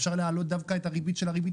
אפשר להעלות דווקא את הריבית של הריבית